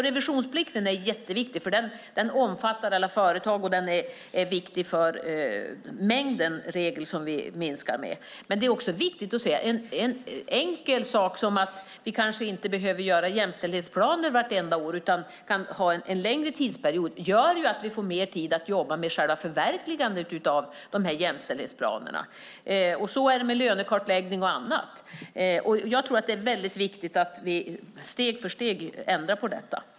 Revisionsplikten är jätteviktig, för den omfattar alla företag och den är viktig för den mängd regler som vi minskar med. Men det är också viktigt att tänka på en så enkel sak som att vi kanske inte behöver göra jämställdhetsplaner vartenda år, utan vi kan ha en längre tidsperiod. Det gör att vi får mer tid att jobba med själva förverkligandet av jämställdhetsplanerna. Så är det också med lönekartläggning och annat. Jag tror att det är viktigt att vi steg för steg ändrar på detta.